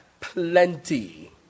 plenty